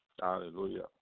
Hallelujah